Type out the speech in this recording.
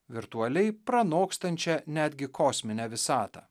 virtualiai pranokstančia netgi kosminę visatą